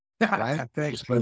thanks